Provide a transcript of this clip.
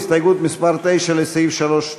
הסתייגות מס' 9 לסעיף 3(2)